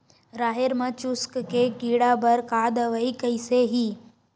राहेर म चुस्क के कीड़ा बर का दवाई कइसे ही?